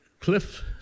Cliff